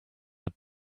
had